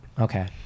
okay